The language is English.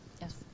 Yes